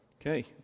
Okay